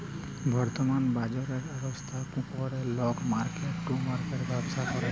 বর্তমাল বাজরের ব্যবস্থা ক্যরে লক মার্কেট টু মার্কেট ব্যবসা ক্যরে